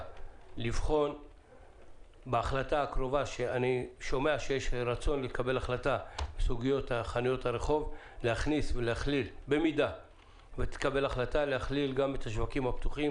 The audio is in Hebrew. הוועדה מודה לחברות הכנסת המציעות שהביעו את מצוקת השווקים הפתוחים